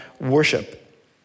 worship